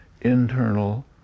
internal